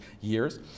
years